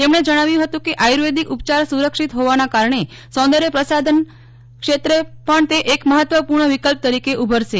તેમણે જણાવ્યું હતું કે આયુર્વેદિક ઉપચાર સુરક્ષિત હોવાના કારણે સૌંદર્ય પ્રસાધન ક્ષેત્રે પણ તે એક મહત્વપૂર્ણ વિકલ્પ તરીકે ઉભરશે